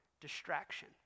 distraction